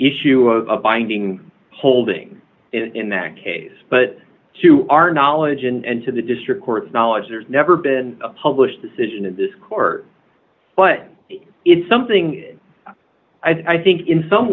issue a binding holding in that case but to our knowledge and to the district court's knowledge there's never been a published decision in this court but it's something i think in some